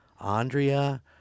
Andrea